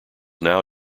now